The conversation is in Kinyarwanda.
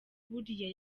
buriya